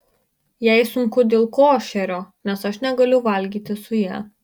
jai sunku dėl košerio nes aš negaliu valgyti su ja